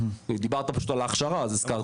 דיברת פשוט על ההכשרה, אז הזכרתי את זה.